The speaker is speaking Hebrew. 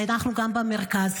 אנחנו גם במרכז.